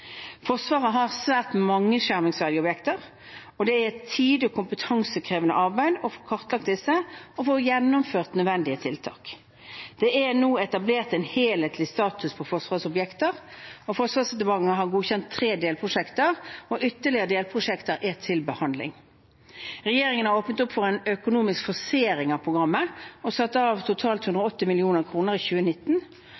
Forsvaret har svært mange skjermingsverdige objekter, og det er et tid- og kompetansekrevende arbeid å få kartlagt disse og få gjennomført nødvendige tiltak. Det er nå etablert en helhetlig status for Forsvarets objekter. Forsvarsdepartementet har godkjent tre delprosjekter, og ytterligere delprosjekter er til behandling. Regjeringen har åpnet opp for en økonomisk forsering av programmet og satt av totalt